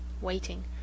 waiting